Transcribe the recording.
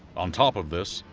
on top of this,